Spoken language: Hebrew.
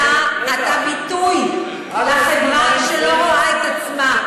ואתה ביטוי לחברה שלא רואה את עצמה,